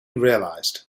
realized